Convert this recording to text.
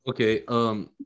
okay